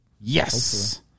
Yes